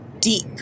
deep